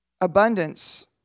Abundance